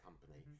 company